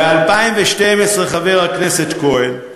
ב-2012, חבר הכנסת כהן,